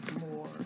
more